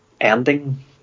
ending